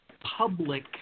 public